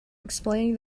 explaining